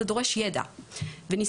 זה דורש ידע וניסיון.